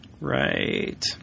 Right